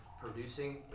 Producing